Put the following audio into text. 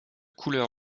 couleur